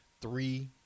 three